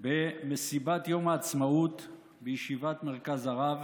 במסיבת יום העצמאות בישיבת מרכז הרב